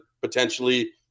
potentially